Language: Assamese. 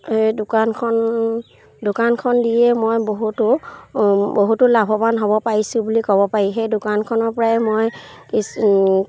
সেই দোকানখন দোকানখন দিয়ে মই বহুতো বহুতো লাভৱান হ'ব পাৰিছোঁ বুলি ক'ব পাৰি সেই দোকানখনৰ পৰাই মই কিছু